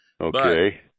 Okay